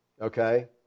Okay